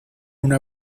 una